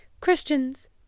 christians